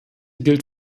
gilt